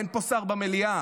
אין פה שר במליאה.